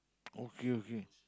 okay okay